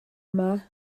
yma